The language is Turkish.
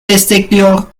destekliyor